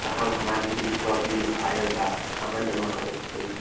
साहब हमार बिजली क बिल ऑयल बा कहाँ जमा करेके होइ?